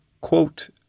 quote